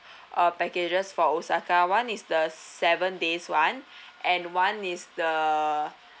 uh packages for osaka [one] is the seven days [one] and [one] is the